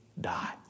die